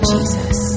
Jesus